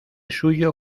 suyo